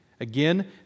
Again